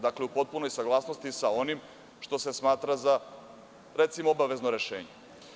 Dakle, u potpunoj je saglasnosti sa onim što se smatra za, recimo, obavezno rešenja“